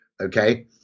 Okay